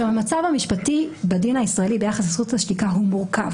המצב המשפטי בדין הישראלי ביחס לזכות השתיקה הוא מורכב